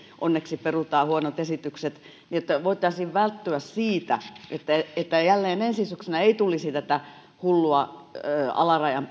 onneksi perutaan huonot esitykset niin jotta voitaisiin välttyä siltä että jälleen ensi syksynä tulee tämä hullu alarajan